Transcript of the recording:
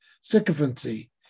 sycophancy